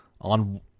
on